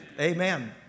Amen